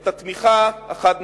את התמיכה החד-משמעית.